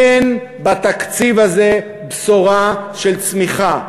אין בתקציב הזה בשורה של צמיחה.